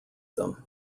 them